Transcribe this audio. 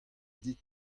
dit